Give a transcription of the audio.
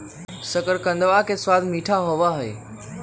शकरकंदवा के स्वाद मीठा होबा हई